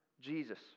Jesus